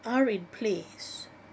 are in place